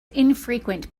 infrequent